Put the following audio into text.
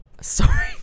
Sorry